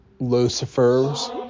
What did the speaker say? Lucifer's